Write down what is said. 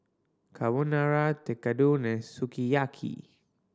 Carbonara Tekkadon and Sukiyaki